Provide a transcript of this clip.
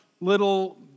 little